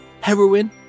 heroin